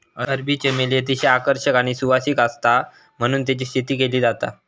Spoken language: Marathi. अरबी चमेली अतिशय आकर्षक आणि सुवासिक आसता म्हणून तेची शेती केली जाता